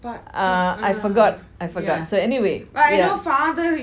uh I forgot I forgot so anyway yes